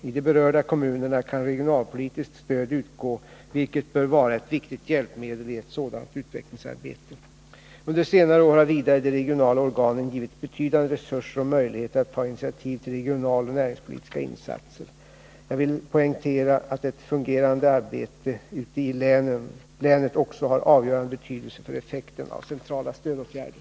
I de berörda kommunerna kan regionalpolitiskt stöd utgå, vilket bör vara ett viktigt hjälpmedel i ett sådant utvecklingsarbete. Under senare år har vidare de regionala organen givits betydande resurser och möjligheter att ta initiativ till regionaloch näringspolitiska insatser. Jag vill poängtera att ett fungerande arbete ute i länet också har avgörande betydelse för effekten av centrala stödåtgärder.